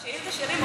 בשאילתה שלי מופיע.